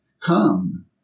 Come